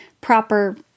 proper